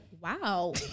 Wow